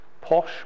posh